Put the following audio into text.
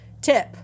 tip